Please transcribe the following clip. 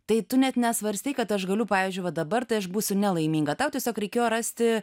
tai tu net nesvarstei kad aš galiu pavyzdžiui va dabar tai aš būsiu nelaiminga tau tiesiog reikėjo rasti